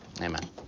Amen